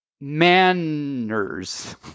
manners